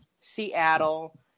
Seattle